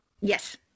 Yes